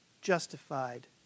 justified